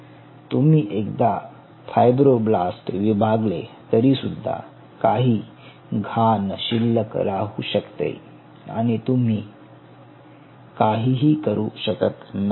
तुम्ही एकदा फायब्रोब्लास्ट विभागले तरी सुद्धा काही घाण शिल्लक राहू शकते आणि तुम्ही काहीही करू शकत नाही